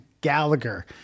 Gallagher